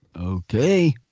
okay